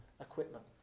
equipment